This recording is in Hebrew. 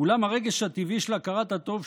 אולם הרגש הטבעי של הכרת הטוב,